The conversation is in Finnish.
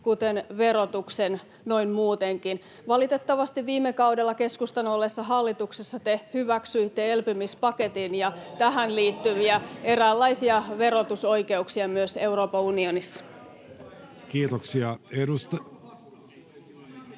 kuten verotuksen noin muutenkin. Valitettavasti viime kaudella keskustan ollessa hallituksessa te hyväksyitte elpymispaketin [Oikealta: Ohoh!] ja tähän liittyviä eräänlaisia verotusoikeuksia myös Euroopan unionissa. Kiitoksia.